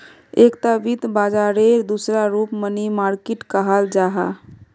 एकता वित्त बाजारेर दूसरा रूप मनी मार्किट कहाल जाहा